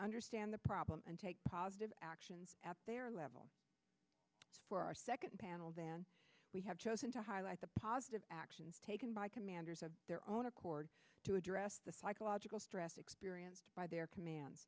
understand the problem and take positive action at their level for our second panel than we have chosen to highlight the positive actions taken by commanders of their own accord to address the psychological stress experienced by their command